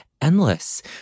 endless